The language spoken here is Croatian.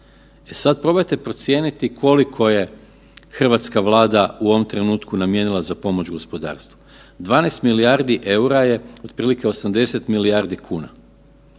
sad, probajte procijeniti koliko je hrvatska Vlada u ovom trenutku namijenila za pomoć gospodarstvu. 12 milijardi eura je otprilike 80 milijardi kuna.